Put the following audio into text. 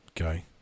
okay